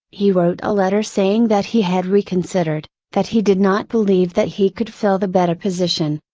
he wrote a letter saying that he had reconsidered, that he did not believe that he could fill the better position.